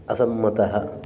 असम्मतः